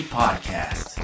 podcast